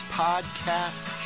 podcast